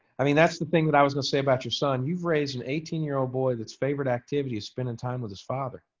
i mean that's the thing that i was gonna say about your son, you've raised an eighteen year old boy that's favorite activity is spending time with his father.